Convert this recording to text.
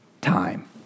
time